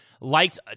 liked